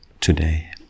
today